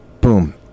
boom